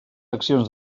accions